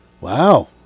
Wow